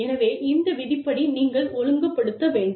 எனவே இந்த விதிப்படி நீங்கள் ஒழுங்குபடுத்த வேண்டும்